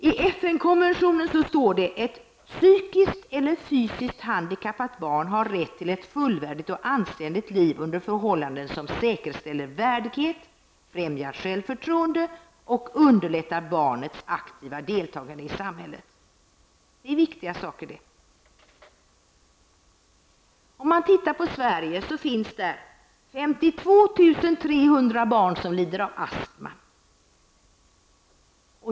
I FN-konventionen står: ''Ett psykiskt eller fysiskt handikappat barn har rätt till ett fullvärdigt och anständigt liv under förhållanden som säkerställer värdighet, främjar självförtroende och underlättar barnets aktiva deltagande i samhället.'' Det är viktiga saker det! I Sverige finns 52 300 barn som lider av astma.